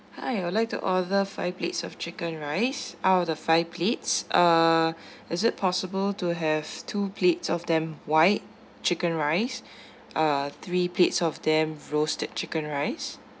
hi I would like to order five plates of chicken rice out of the five plates uh is it possible to have two plates of them white chicken rice uh three plates of them roasted chicken rice